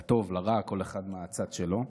לטוב, לרע, כל אחד מהצד שלו.